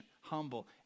humble